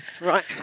Right